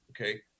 Okay